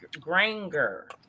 granger